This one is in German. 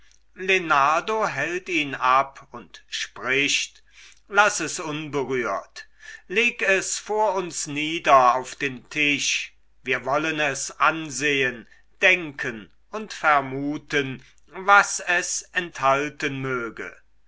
hält ihn ab und spricht laß es unberührt leg es vor uns nieder auf den tisch wir wollen es ansehen denken und vermuten was es enthalten möge